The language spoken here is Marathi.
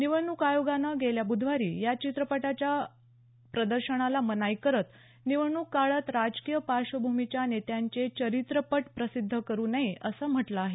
निवडणूक आयोगानं गेल्या ब्धवारी या चित्रपटाच्या प्रदर्शनाला मनाई करत निवडणूक काळात राजकीय पार्श्वभूमीच्या नेत्यांचे चरित्रपट प्रसिद्ध करू नये असं म्हटलं आहे